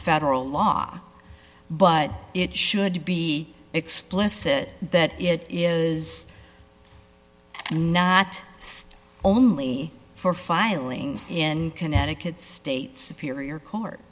federal law but it should be explicit that it is not only for filing in connecticut state's appear your court